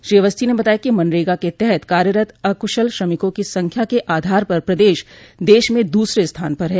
श्री अवस्थी ने बताया कि मनरेगा के तहत कार्यरत अकुशल श्रमिकों की संख्या के आधार पर प्रदेश देश में दूसरे स्थान पर है